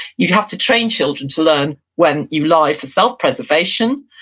you have to train children to learn when you lie for self preservation,